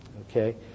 Okay